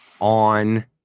on